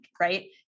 right